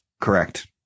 Correct